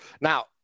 Now